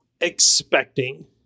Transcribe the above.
expecting